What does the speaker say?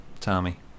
Tommy